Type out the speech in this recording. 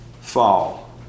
fall